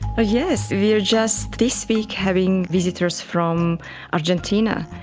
yes, we are just this week having visitors from argentina,